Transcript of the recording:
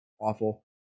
awful